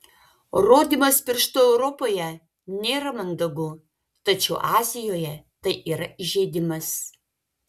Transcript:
rodymas pirštu europoje nėra mandagu tačiau azijoje tai yra įžeidimas